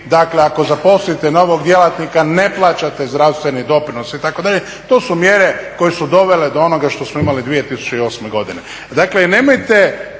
dakle ako zaposlite novog djelatnika ne plaćate zdravstveni doprinos itd. To su mjere koje su dovele do onoga što smo imali 2008. godine.